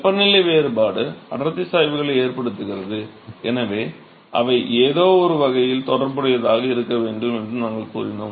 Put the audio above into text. வெப்பநிலை வேறுபாடு அடர்த்தி சாய்வுகளை ஏற்படுத்துகிறது எனவே அவை ஏதோவொரு வகையில் தொடர்புடையதாக இருக்க வேண்டும் என்று நாங்கள் கூறினோம்